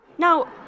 Now